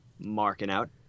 MarkingOut